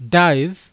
dies